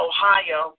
Ohio